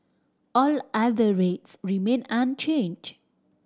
all other rates remain unchanged